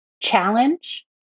challenge